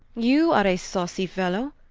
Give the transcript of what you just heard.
you are a sawcy fellow,